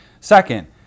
Second